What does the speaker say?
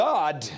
God